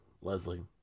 Leslie